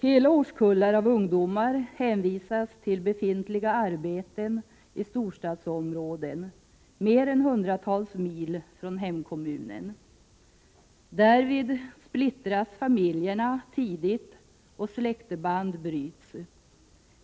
Hela årskullar av ungdomar hänvisas till befintliga arbeten i storstadsområden hundratals mil från hemkommunen. Därvid splittras familjer tidigt och släktband bryts.